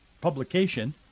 publication